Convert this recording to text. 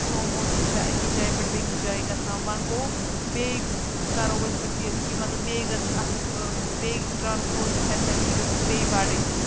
سومو تہِ چھےٚ أکِس جایہِ پٮ۪ٹھ بیٚیہِ کِس جایہِ گژھان وۄنۍ گوٚو بیٚیہِ کَرو أسۍ أپیٖل کہِ مطلب بیٚیہِ گٔژھ اَتھ بیٚیہِ ٹرٛانَسپوٹ فٮ۪سَلٹی گٔژھٕس بیٚیہِ بڑٕنۍ